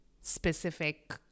specific